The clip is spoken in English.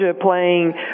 playing